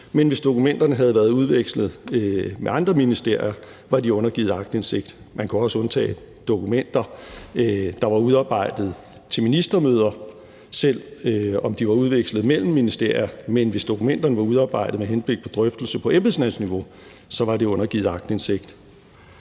men hvis dokumenterne havde været udvekslet med andre ministerier, var de undergivet aktindsigt. Man kunne også undtage dokumenter, der var udarbejdet til ministermøder, selv om de var udvekslet mellem ministerier, men hvis dokumenterne var udarbejdet, med henblik på drøftelser på embedsmandsniveau var de undergivet aktindsigt.